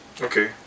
Okay